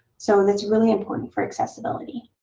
so and it's really important for accessibility.